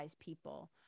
people